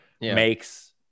makes